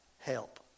help